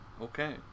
okay